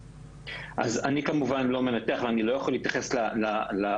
אז אני כמובן לא מנתח ואני לא יכול להתייחס לעלויות,